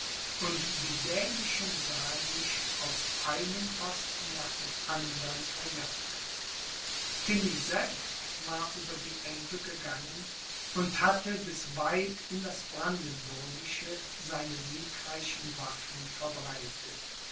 und die dänischen sahen sich aus einem posten nach dem andern verjagt tilly selbst war über die elbe gegangen und hatte bis weit in das brandenburgische seine siegreichen waffen verbreitet